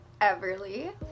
everly